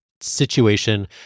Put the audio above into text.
situation